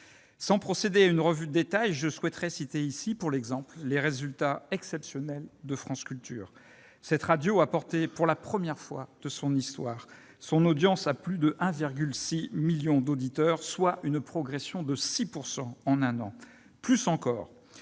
Sans procéder à une revue de détail, je mentionnerai, pour l'exemple, les résultats exceptionnels de France Culture. Cette radio a porté, pour la première fois de son histoire, son audience à plus de 1,6 million d'auditeurs, soit une progression de 6 % en un an. Mieux encore,